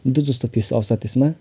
दुधजस्तो फिँज आउँछ त्यसमा